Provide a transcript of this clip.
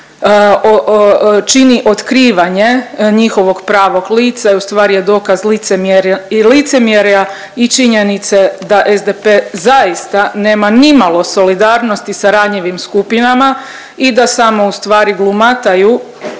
čini otkrivanje njihovog pravog lica i u stvari je dokaz licemjerja i činjenice da SDP zaista nema nimalo solidarnosti sa ranjivim skupinama i da samo u stvari glumataju